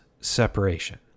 separation